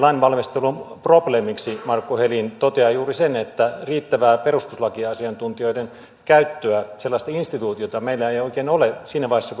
lainvalmistelun probleemiksi markku helin toteaa juuri sen että riittävää perustuslakiasiantuntijoiden käyttöä sellaista instituutiota meillä ei oikein ole siinä vaiheessa kun